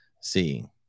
seeing